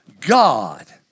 God